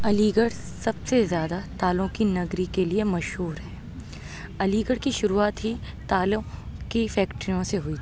علی گڑھ سب سے زیادہ تالوں کی نگری کے لیے مشہور ہے علی گڑھ کی شروعات ہی تالوں کی فیکٹریوں سے ہوئی تھی